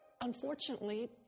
Unfortunately